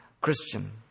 Christian